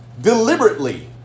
Deliberately